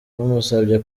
bamusabye